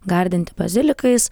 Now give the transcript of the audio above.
gardinti bazilikais